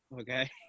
Okay